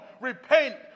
Repent